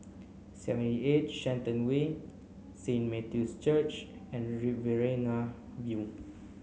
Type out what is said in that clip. seventy eight Shenton Way Saint Matthew's Church and Riverina View